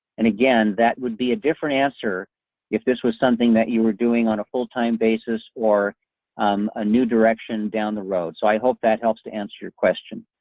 and again, that would be a different answer if this was something that you were doing on a full-time basis, or umm a new direction down the road. so i hope that helps to answer your question.